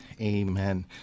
Amen